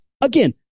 again